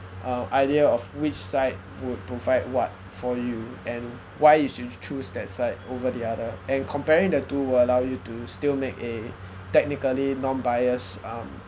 uh idea of which side would provide what for you and why you should choose that side over the other and comparing the two will allow you to still make a technically non-biased um